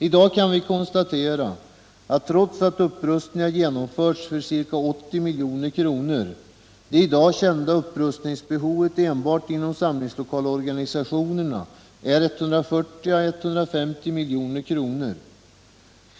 I dag kan vi konstatera — trots att upprustningar genomförts för ca 80 milj.kr. — att det kända upprustningsbehovet enbart inom samlingslokalorganisationerna motsvarar 140-150 milj.kr.